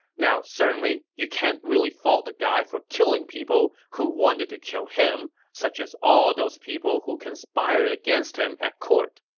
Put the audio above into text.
now certainly you can't really fault him for killing people who wanted to kill him, such as all those people who conspired against him at court.